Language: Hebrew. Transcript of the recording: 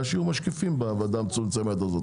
שיהיו משקיפים בוועדה המצומצמת הזאת.